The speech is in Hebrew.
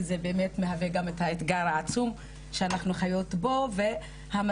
שזה באמת מהווה גם את האתגר העצום שאנחנו חיות בו והמטרה